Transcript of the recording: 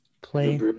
play